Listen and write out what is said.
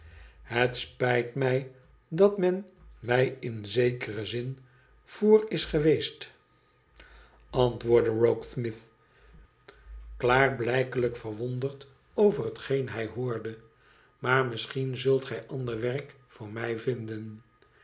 thet spijt mij dat men mij in zekeren zin vr geweest antwoordde rokesmith klaarblijkelijk verwonderd over hetgeen hij hoorde niaar misschien zult gij ander werk voor mij vinden